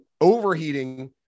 overheating